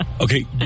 Okay